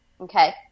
Okay